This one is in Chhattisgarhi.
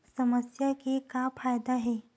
समस्या के का फ़ायदा हे?